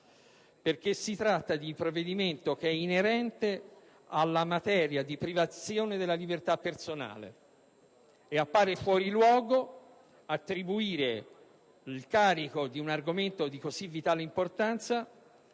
perché si tratta di provvedimento che è inerente alla materia della privazione della libertà personale e appare fuori luogo attribuire il carico di un argomento di così vitale importanza